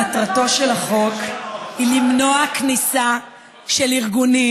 מטרתו של החוק היא למנוע כניסה של ארגונים